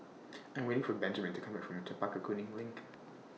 I'm waiting For Benjaman to Come Back from Chempaka Kuning LINK